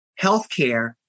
healthcare